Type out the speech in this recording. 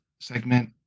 segment